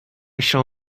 shall